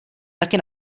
taky